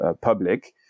public